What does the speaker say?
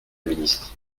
ministre